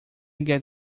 get